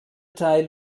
teil